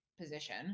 position